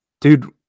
dude